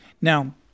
Now